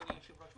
אדוני היושב-ראש,